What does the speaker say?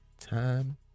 time